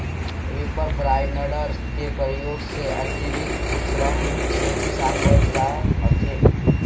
reaper binder के प्रयोग से अतिरिक्त श्रम से किसान बच जा हथिन